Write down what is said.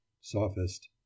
SOPHIST